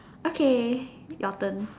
okay your turn